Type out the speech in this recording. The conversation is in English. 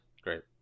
great